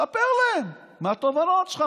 ספר להם מה התובנות שלך,